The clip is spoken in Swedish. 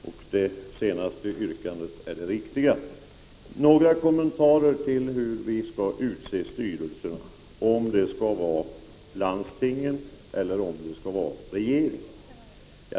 Det senare yrkandet är det riktiga. Så några kommentarer till hur vi skall utse styrelser, genom landstingen eller regeringen.